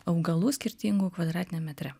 augalų skirtingų kvadratiniam metre